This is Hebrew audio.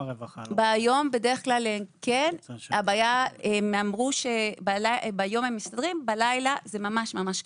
הם אמרו שביום הם מסתדרים, ובלילה, זה ממש קשה.